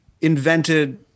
invented